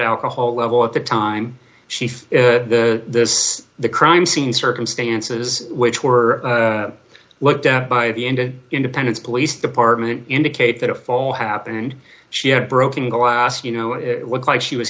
alcohol level at the time she for the the crime scene circumstances which were looked at by the end of independence police department indicate that a fall happened she had broken glass you know it looked like she was